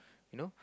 you know